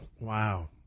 Wow